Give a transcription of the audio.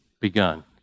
begun